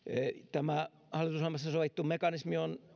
tämä hallitusohjelmassa sovittu mekanismi on